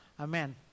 amen